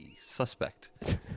Suspect